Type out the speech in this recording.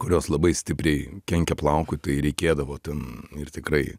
kurios labai stipriai kenkia plaukui tai reikėdavo ten ir tikrai